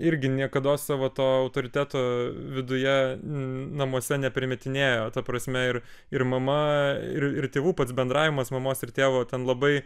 irgi niekados savo to autoriteto viduje namuose neprimetinėjo ta prasme ir ir mama ir tėvų pats bendravimas mamos ir tėvo ten labai